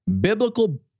biblical